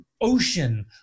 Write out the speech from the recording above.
ocean